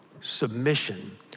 submission